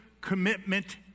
commitment